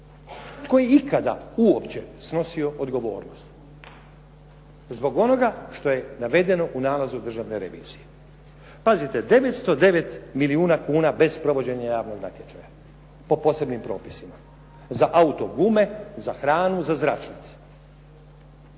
Tko je ikada uopće snosio odgovornost zbog onoga što je navedeno u nalazu Državne revizije? Pazite, 909 milijuna kuna bez provođenja javnog natječaja, po posebnim propisima za auto gume, za hranu, za zračnice.